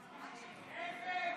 נוספת.